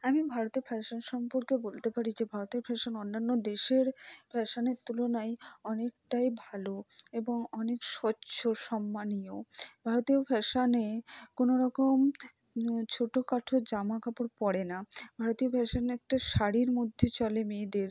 আমি ভারতের ফ্যাশন সম্পর্কে বলতে পারি যে ভারতের ফ্যাশন অন্যান্য দেশের ফ্যাশনের তুলনায় অনেকটাই ভালো এবং অনেক স্বচ্ছ সম্মানীয় ভারতীয় ফ্যাশনে কোনো রকম ছোটোখাটো জামাকাপড় পরে না ভারতীয় ফ্যাশন একটা শাড়ির মধ্যে চলে মেয়েদের